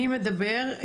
מי מדבר?